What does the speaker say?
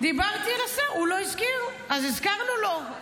דיברתי על השר, הוא לא הזכיר, אז הזכרנו לו.